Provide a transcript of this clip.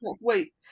wait